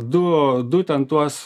du du ten tuos